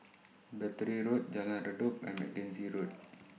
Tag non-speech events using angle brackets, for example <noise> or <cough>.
Battery <noise> Road Jalan Redop and <noise> Mackenzie Road